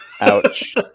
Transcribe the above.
Ouch